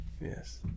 Yes